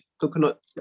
Coconut